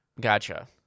Gotcha